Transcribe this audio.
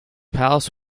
palace